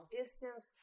distance